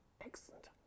excellent